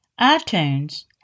iTunes